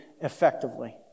effectively